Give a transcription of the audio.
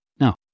Now